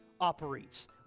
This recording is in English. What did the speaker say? operates